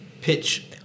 pitch